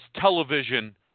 television